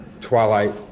twilight